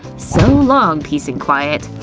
so long peace and quiet.